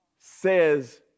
says